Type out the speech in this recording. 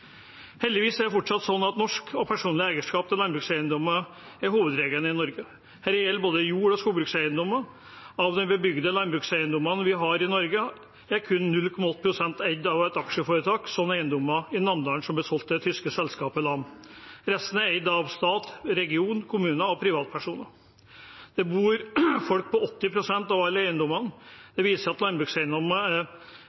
Heldigvis er det fortsatt sånn at norsk og personlig eierskap til landbrukseiendommer er hovedregelen i Norge. Dette gjelder både jord- og skogbrukseiendommer. Av de bebygde landbrukseiendommene vi har i Norge, er kun 0,8 pst. eid av et aksjeforetak, som eiendommen i Namdalen som ble solgt til det tyske selskapet LAM. Resten er eid av stat, region, kommune og privatpersoner. Det bor folk på 80 pst. av alle eiendommene.